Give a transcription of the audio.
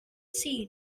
sea